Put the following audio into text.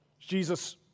Jesus